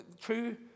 True